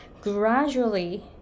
gradually